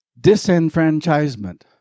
Disenfranchisement